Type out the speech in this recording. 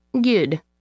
good